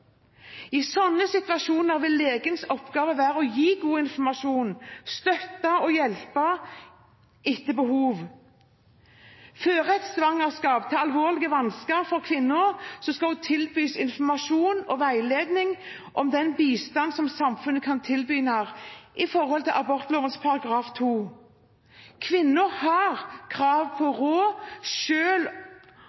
I slike situasjoner vil legens oppgave være å gi god informasjon, støtte og hjelp etter behov. Fører et svangerskap til alvorlige vansker for en kvinne, skal hun tilbys informasjon og veiledning om den bistand som samfunnet kan tilby henne, jf. abortloven § 2. Kvinnen har krav på